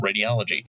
radiology